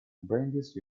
brandeis